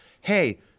hey